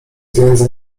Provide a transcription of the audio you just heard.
pieniędzy